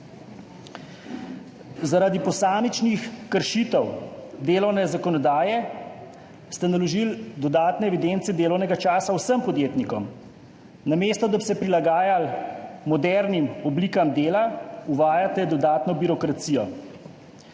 Zaradi posamičnih kršitev delovne zakonodaje ste naložili dodatne evidence delovnega časa vsem podjetnikom. Namesto da bi se prilagajali modernim oblikam dela, uvajate dodatno birokracijo.